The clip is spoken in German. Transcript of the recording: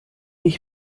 ich